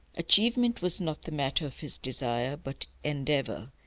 achievement was not the matter of his desire but endeavour,